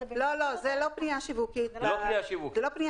זה לא פנייה שיווקית בהגדרה.